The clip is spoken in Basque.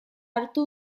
hartu